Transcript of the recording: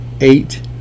eight